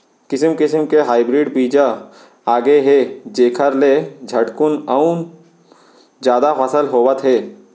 किसम किसम के हाइब्रिड बीजा आगे हे जेखर ले झटकुन अउ जादा फसल होवत हे